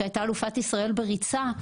שהייתה אלופת ישראל בריצה,